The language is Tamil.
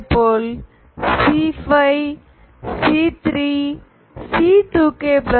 இதேபோல் C5C3